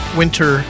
winter